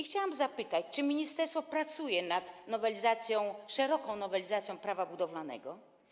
Chciałam zapytać, czy ministerstwo pracuje nad szeroką nowelizacją Prawa budowlanego.